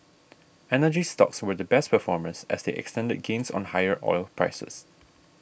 energy stocks were the best performers as they extended gains on higher oil prices